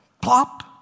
Plop